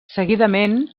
seguidament